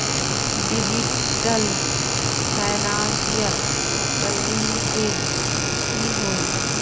Digital financial services की होय?